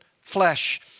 flesh